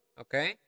okay